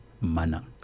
manner